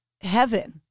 heaven